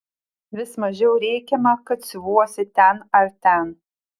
vis mažiau rėkiama kad siuvuosi ten ar ten